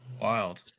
wild